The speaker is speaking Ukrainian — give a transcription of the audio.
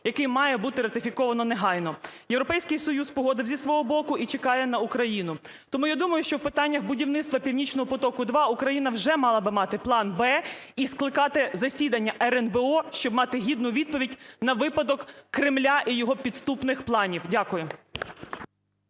який має бути ратифіковано негайно? Європейський Союз погодив зі свого боку і чекає на Україну. Тому я думаю, що в питаннях будівництва "Північного потоку-2" Україна вже мала би мати план "Б" і скликати засідання РНБО, щоб мати гідну відповідь на випадок Кремля і його підступних планів. Дякую.